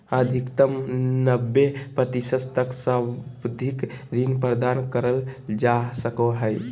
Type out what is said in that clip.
अधिकतम नब्बे प्रतिशत तक सावधि ऋण प्रदान कइल जा सको हइ